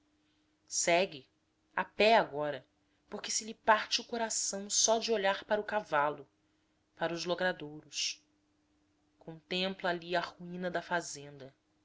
a pé agora porque se lhe parte o coração só de olhar para o cavalo para os logradouros contempla ali a ruína da fazenda